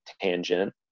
tangent